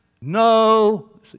No